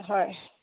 হয়